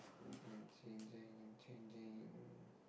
and changing and changing